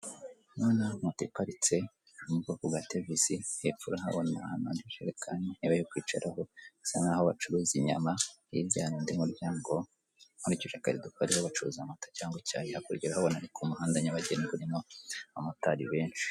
Ndabona moto iparitse yo mu bwoko bwa tevisi hepfo urahabona ahantu hari ijerekani, intebe yo kwicaraho, hasa nk'aho bacuruza inyama, hirya hari undi muryango nkurikije akarido kariho bacuruza amata cyangwa icyayi, hakurya urahabona ni ku muhanda nyabagendwa urimo abamotari benshi.